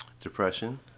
depression